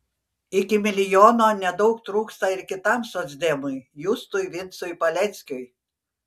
iki milijono nedaug trūksta ir kitam socdemui justui vincui paleckiui